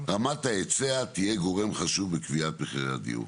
רמת ההיצע תהיה גורם חשוב בקביעת מחירי הדיור.